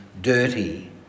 dirty